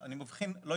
עם משפחות של שוטרים.